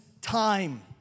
time